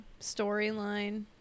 Storyline